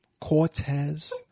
Cortez